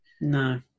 No